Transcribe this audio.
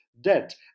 debt